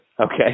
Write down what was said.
Okay